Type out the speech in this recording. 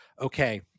okay